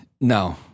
No